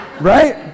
right